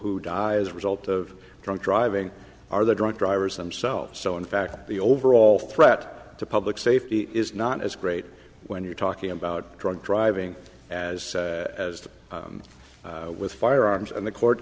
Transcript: who die as a result of drunk driving are the drunk drivers themselves so in fact the overall threat to public safety is not as great when you're talking about drunk driving as as with firearms and the court